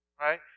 right